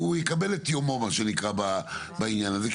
הוא יקבל את יומו, מה שנקרא, בעניין הזה.